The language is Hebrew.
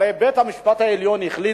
הרי בית-המשפט העליון החליט,